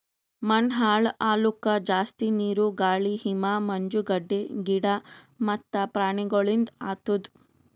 ಮಣ್ಣ ಹಾಳ್ ಆಲುಕ್ ಜಾಸ್ತಿ ನೀರು, ಗಾಳಿ, ಹಿಮ, ಮಂಜುಗಡ್ಡೆ, ಗಿಡ ಮತ್ತ ಪ್ರಾಣಿಗೊಳಿಂದ್ ಆತುದ್